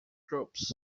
groups